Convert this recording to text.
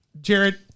Jared